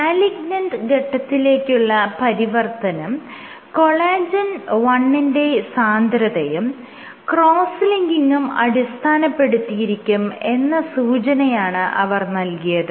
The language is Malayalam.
മാലിഗ്നന്റ് ഘട്ടത്തിലേക്കുള്ള പരിവർത്തനം കൊളാജെൻ 1 ന്റെ സാന്ദ്രതയും ക്രോസ്സ് ലിങ്കിങും അടിസ്ഥാനപ്പെടുത്തിയിരിക്കും എന്ന സൂചനയാണ് അവർ നൽകിയത്